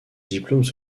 diplômes